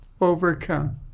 overcome